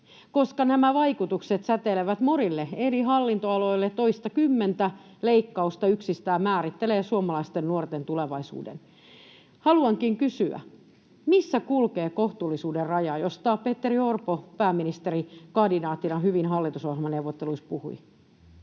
koska nämä vaikutukset säteilevät monille eri hallintoaloille, toistakymmentä leikkausta yksistään määrittelee suomalaisten nuorten tulevaisuuden. Haluankin kysyä, missä kulkee kohtuullisuuden raja, josta Petteri Orpo pääministerikandidaattina hyvin hallitusohjelmaneuvotteluissa puhui.